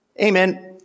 Amen